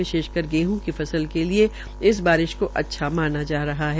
विशेषकर गेहं की फसल के लिये इस बारिश को अच्छा माना जा रहा है